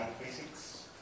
physics